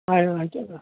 ಆಯ್ತ್ ಆಯ್ತು